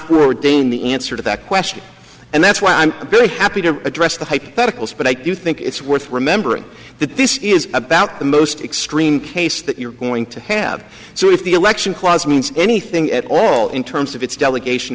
deign the answer that question and that's why i'm really happy to address the hypotheticals but i do think it's worth remembering that this is about the most extreme case that you're going to have so if the election clause means anything at all in terms of its delegation